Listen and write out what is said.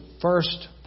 first